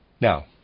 Now